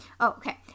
Okay